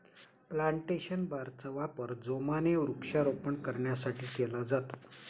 plantation बारचा वापर जोमाने वृक्षारोपण करण्यासाठी केला जातो